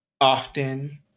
often